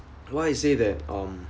why I say that um